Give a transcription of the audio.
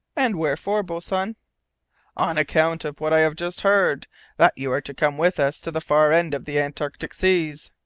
and wherefore, boatswain? on account of what i have just heard that you are to come with us to the far end of the antarctic seas.